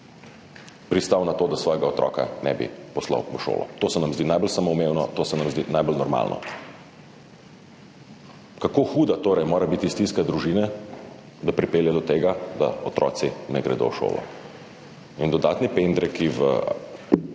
pristal na to, da svojega otroka ne bi poslal v šolo. To se nam zdi najbolj samoumevno, to se nam zdi najbolj normalno. Kako huda torej mora biti stiska družine, da pripelje do tega, da otroci ne gredo v šolo? In dodatni pendreki v